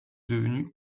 devenu